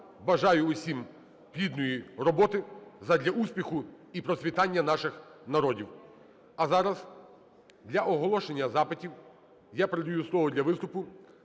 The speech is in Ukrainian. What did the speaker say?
Бажаю всім плідної роботи задля успіху і процвітання наших народів. А зараз для оголошення запитів я передаю слово для виступу